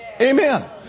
Amen